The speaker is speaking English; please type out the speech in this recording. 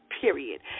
period